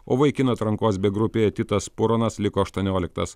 o vaikinų atrankos b grupėje titas puronas liko aštuonioliktas